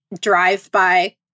drive-by